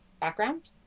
background